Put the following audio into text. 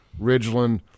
Ridgeland